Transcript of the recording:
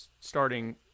starting